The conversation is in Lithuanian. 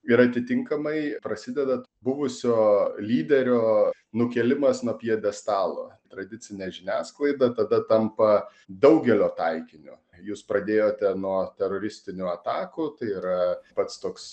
ir atitinkamai prasideda buvusio lyderio nukėlimas nuo pjedestalo tradicinė žiniasklaida tada tampa daugelio taikiniu jūs pradėjote nuo teroristinių atakų tai yra pats toks